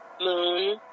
moon